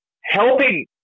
helping